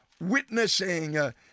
witnessing